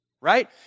Right